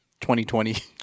2020